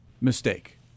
mistake